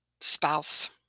spouse